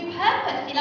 purpose